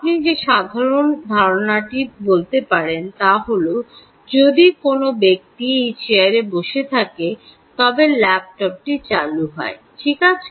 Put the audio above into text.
আপনি যে সাধারণ ধারণাটি বলতে পারেন তা হল যদি কোনও ব্যক্তি এই চেয়ারে বসে থাকে তবে ল্যাপটপটি চালু হয় ঠিক আছে